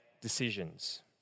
decisions